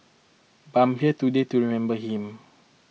but I'm here today to remember him